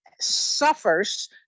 suffers